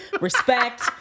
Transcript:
Respect